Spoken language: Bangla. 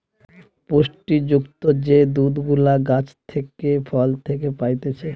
পুষ্টি যুক্ত যে দুধ গুলা গাছ থেকে, ফল থেকে পাইতেছে